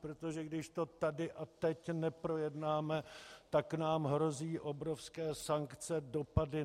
Protože když to tady a teď neprojednáme, tak nám hrozí obrovské sankce, dopady.